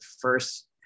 first